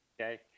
okay